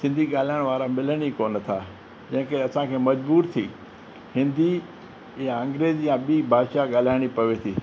सिंधी ॻाल्हाइणु वारा मिलनि ई कोन था जंहिंखें असांखे मजबूरु थी हिंदी या अंग्रेज़ी या ॿी भाषा ॻाल्हाइणी पवे थी